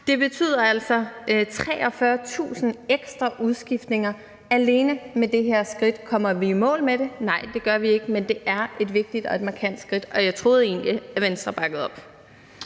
Det betyder altså som sagt 43.000 ekstra udskiftninger alene med det her skridt. Kommer vi i mål med det? Nej, det gør vi ikke, men det er et vigtigt og et markant skridt, og jeg troede egentlig, at Venstre bakkede op